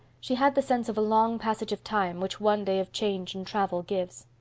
she had the sense of a long passage of time which one day of change and travel gives.